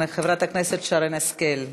חברת הכנסת שרן השכל,